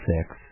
six